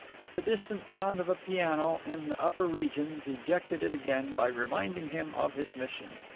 but the distant sound of a piano in the upper regions ejected it again by reminding him of his mission.